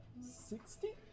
Sixty